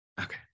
Okay